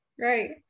Right